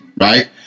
right